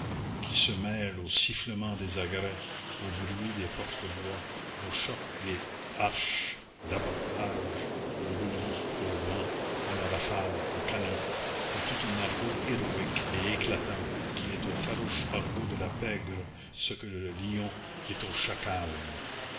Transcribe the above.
qui se mêle au sifflement des agrès au bruit des porte-voix au choc des haches d'abordage au roulis au vent à la rafale au canon est tout un argot héroïque et éclatant qui est au farouche argot de la pègre ce que le lion est au chacal